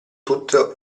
tutto